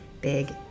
big